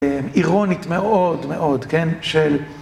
אירונית מאוד מאוד, כן? של...